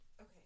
Okay